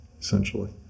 essentially